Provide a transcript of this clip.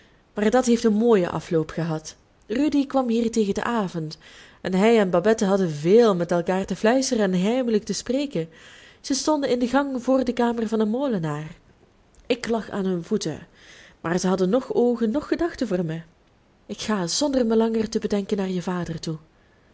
maar dat heeft een mooien afloop gehad rudy kwam hier tegen den avond en hij en babette hadden veel met elkaar te fluisteren en heimelijk te spreken zij stonden in de gang voor de kamer van den molenaar ik lag aan hun voeten maar zij hadden noch oogen noch gedachten voor mij ik ga zonder mij langer te bedenken naar je vader toe